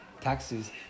Taxes